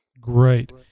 Great